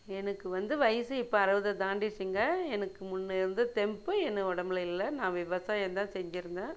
எனக்கு வந்து வயசு இப்போ அறுபத தாண்டிருச்சுங்க எனக்கு முன்னேருந்த தெம்பு என் உடம்புல இல்லை நான் விவசாயந்தான் செஞ்சுருந்தேன்